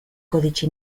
codice